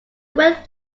wet